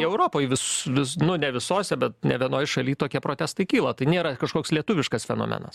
europoj vis vis nu nevisose bet ne vienoj šalyj tokie protestai kyla tai nėra kažkoks lietuviškas fenomenas